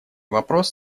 вопрос